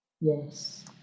Yes